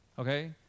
Okay